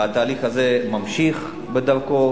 והתהליך הזה ממשיך בדרכו,